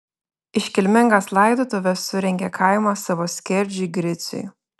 iškilmingas laidotuves surengė kaimas savo skerdžiui griciui